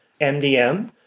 MDM